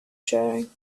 sharing